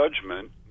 judgment